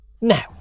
Now